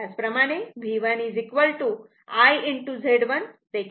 त्याचप्रमाणे V1 I Z1 देखील मिळेल